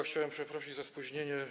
Chciałem przeprosić za spóźnienie.